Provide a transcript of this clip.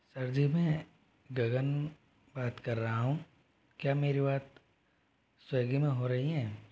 sir ji मैं गगन बात कर रहा हूँ क्या मेरी बात स्वेगी में हो रही है